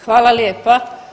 Hvala lijepa.